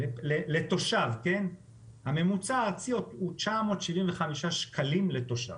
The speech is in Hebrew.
לתושב, הממוצע הארצי הוא 975 שקלים לתושב.